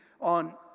on